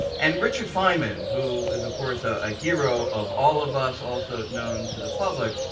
and richard feynman, who is of course a ah hero of all of us, also known to the public,